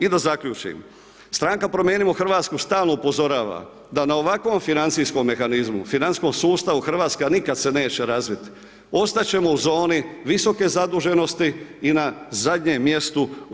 I da zaključim, Stranka promijenimo Hrvatsku stalno upozorava da na ovakvom financijskom mehanizmu, financijskom sustavu Hrvatska nikada se neće razviti, ostat ćemo u zoni visoke zaduženosti i na zadnjem mjestu u EU.